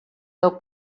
deu